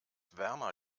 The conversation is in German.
wärmer